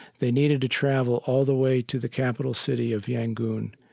they needed to travel all the way to the capital city of yangon,